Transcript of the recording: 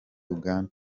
uganda